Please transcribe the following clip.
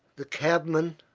the cabman,